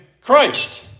Christ